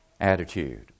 attitude